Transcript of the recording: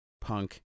punk